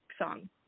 song